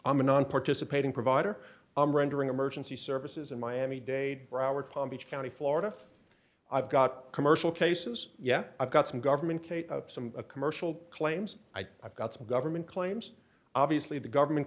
i'm a nonparticipating provider i'm rendering emergency services in miami dade broward palm beach county florida i've got commercial cases yeah i've got some government kate some a commercial claims i've got some government claims obviously the government